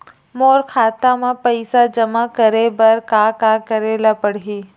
मोर खाता म पईसा जमा करे बर का का करे ल पड़हि?